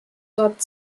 dort